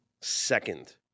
second